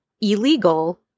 illegal